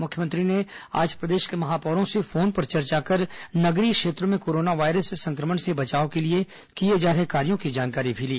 मुख्यमंत्री ने आज प्रदेश के महापौरों से फोन पर चर्चा कर नगरीय क्षेत्रों में कोरोना वायरस संक्रमण से बचाव के लिए किए जा रहे कार्यों की जानकारी भी ली